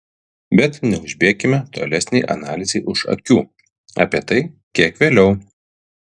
bet neužbėkime tolesnei analizei už akių apie tai kiek vėliau